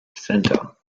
centre